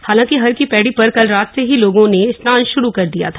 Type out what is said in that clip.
हालांकि हर की पद्मी पर कल रात से ही लोगों ने स्नान श्रू कर दिया था